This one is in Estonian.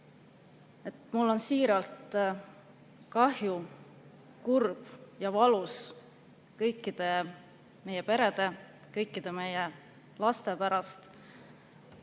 mul siiralt kahju, kurb ja valus kõikide meie perede, kõikide meie laste pärast